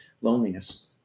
loneliness